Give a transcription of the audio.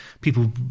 people